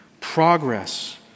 progress